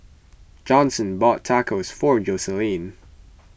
Johnson bought Tacos for Jocelyne